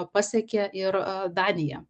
pasiekė ir daniją